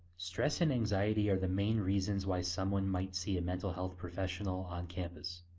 stress and anxiety are the main reasons why someone might see a mental health professional on campus.